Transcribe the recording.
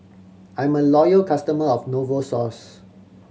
I am a loyal customer of Novosource